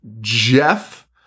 Jeff